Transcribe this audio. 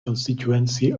constituency